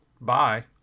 Bye